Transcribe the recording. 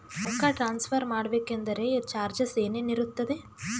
ರೊಕ್ಕ ಟ್ರಾನ್ಸ್ಫರ್ ಮಾಡಬೇಕೆಂದರೆ ಚಾರ್ಜಸ್ ಏನೇನಿರುತ್ತದೆ?